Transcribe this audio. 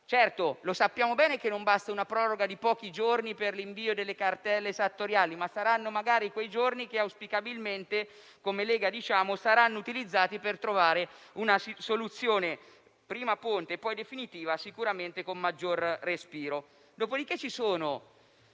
Certo, sappiamo bene che non basta una proroga di pochi giorni per l'invio delle cartelle esattoriali, ma come Lega auspichiamo che quei giorni siano utilizzati per trovare una soluzione prima ponte e poi definitiva, sicuramente con maggior respiro.